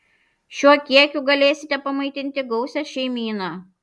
šiuo kiekiu galėsite pamaitinti gausią šeimyną